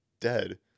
dead